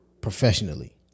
professionally